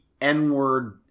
N-word